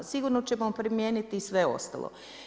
Sigurno ćemo primijeniti i sve ostalo.